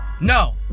No